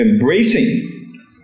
embracing